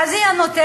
אז היא הנותנת.